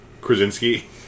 Krasinski